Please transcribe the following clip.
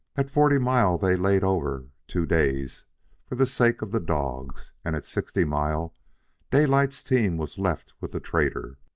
at forty mile they laid over two days for the sake of the dogs, and at sixty mile daylight's team was left with the trader.